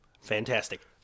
fantastic